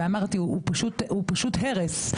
הוא פשוט הרס.